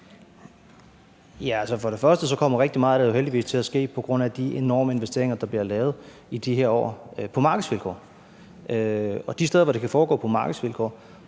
for det første kommer rigtig meget af det jo heldigvis til at ske på grund af de enorme investeringer, der bliver lavet i de her år på markedsvilkår. Og i forhold til de steder, hvor det kan foregå på markedsvilkår,